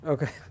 Okay